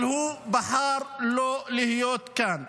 אבל הוא בחר לא להיות כאן.